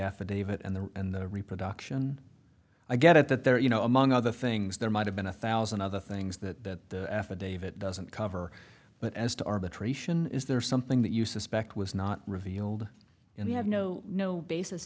affidavit and the and the reproduction i get at that there you know among other things there might have been a thousand other things that affidavit doesn't cover but as to arbitration is there something that you suspect was not revealed in the have no no basis